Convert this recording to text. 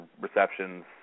receptions